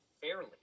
fairly